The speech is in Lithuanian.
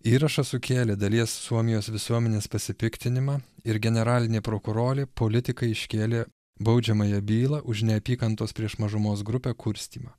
įrašas sukėlė dalies suomijos visuomenės pasipiktinimą ir generalinė prokurolė politiką iškėlė baudžiamąją bylą už neapykantos prieš mažumos grupę kurstymą